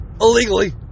illegally